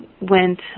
went